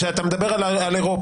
כשאתה מדבר על אירופה,